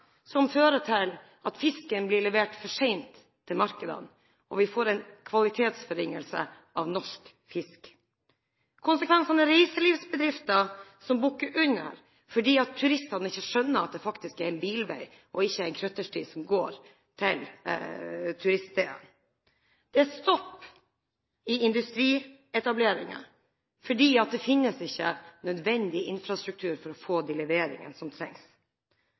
som fører til at fisken blir levert for sent til markedene, og vi får en kvalitetsforringelse av norsk fisk. Konsekvensen er reiselivsbedrifter som bukker under fordi turistene ikke skjønner at det faktisk er en bilvei og ikke en krøttersti som går til turiststedene. Det er stopp i industrietableringer fordi det ikke finnes nødvendig infrastruktur for å få de leveringene som trengs.